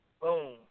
boom